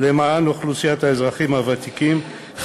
למען אוכלוסיית האזרחים הוותיקים,